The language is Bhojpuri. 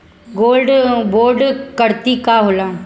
गोल्ड बोंड करतिं का होला?